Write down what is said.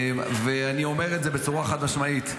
ואני אומר את זה בצורה חד-משמעית,